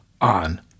on